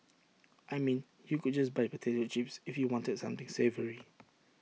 I mean you could just buy potato chips if you wanted something savoury